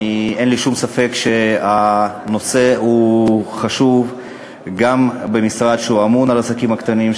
אין לי שום ספק שהנושא חשוב גם במשרד שאמון על העסקים הקטנים,